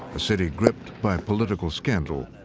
a city gripped by political scandal.